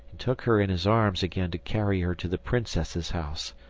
and took her in his arms again to carry her to the princess's house,